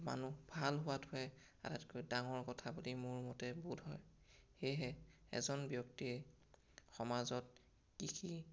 মানুহ ভাল হোৱাটোহে আটাইতকৈ ডাঙৰ কথা বুলি মোৰ মতে বোধ হয় সেয়েহে এজন ব্যক্তিয়ে সমাজত কি কি